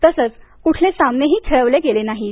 तसंच कुठले सामनेही खेळवले गेले नाहीत